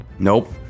Nope